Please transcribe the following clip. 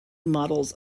models